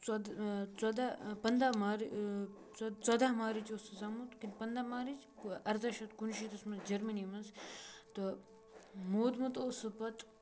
ژۄد ژۄداہ پنٛداہ مارٕچ ژۄ ژۄداہ مارٕچ اوس سُہ زامُت کِنہٕ پنٛداہ مارٕچ اَرداہ شیٚتھ کُنشیٖتھَس منٛز جٔرمٔنی منٛز تہٕ مودمُت اوس سُہ پَتہٕ